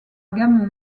gamme